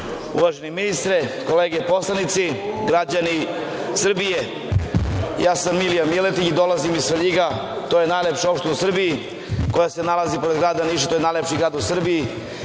ministre, kolege poslanici, građani Srbije, ja sam Milija Miletić, dolazim iz Svrljiga, to je najlepša opština u Srbiji koja se nalazi pored grada Niša, to je najlepši grad u Srbiji.